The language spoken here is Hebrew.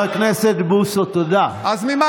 חבר הכנסת בוסו, תודה.